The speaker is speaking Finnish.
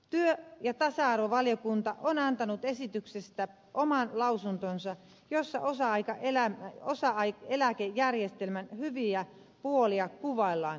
työ ja tasa arvovaliokunta on antanut esityksestä oman lausuntonsa jossa osa aikaeläkejärjestelmän hyviä puolia kuvaillaan monipuolisesti